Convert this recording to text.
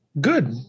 good